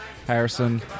Harrison